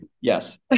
Yes